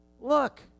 Look